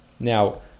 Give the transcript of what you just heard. Now